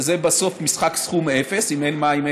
שזה בסוף משחק סכום אפס: אם אין מים,